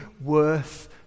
worth